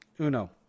Uno